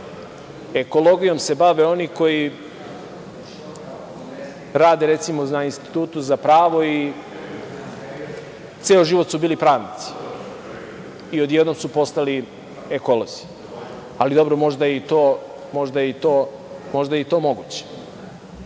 Ekologijom se bave oni koji rade, recimo, na Institutu za pravo i ceo život su bili pravnici i odjednom su postali ekolozi. Ali, dobro, možda je i to moguće